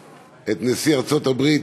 הרחבת הזכות לשעת היעדרות),